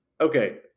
okay